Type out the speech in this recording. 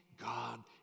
God